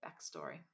backstory